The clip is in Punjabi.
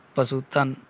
ਪਸ਼ੁ ਧਨ